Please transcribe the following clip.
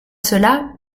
cela